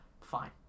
fine